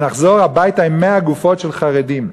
ונחזור הביתה עם 100 גופות של חרדים.